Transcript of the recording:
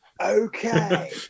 Okay